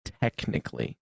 technically